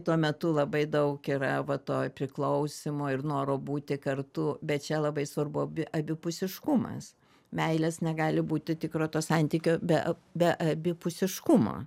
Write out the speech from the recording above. tuo metu labai daug yra va to priklausymo ir noro būti kartu bet čia labai svarbu abi abipusiškumas meilės negali būti tikro to santykio be be abipusiškumo